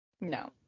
No